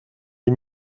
des